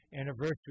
anniversary